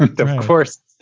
of course,